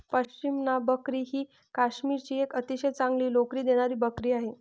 पश्मिना बकरी ही काश्मीरची एक अतिशय चांगली लोकरी देणारी बकरी आहे